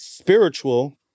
spiritual